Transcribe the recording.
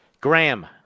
Graham